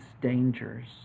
dangers